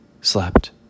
slept